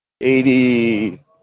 Eighty